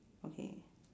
okay